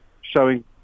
showing